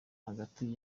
hagati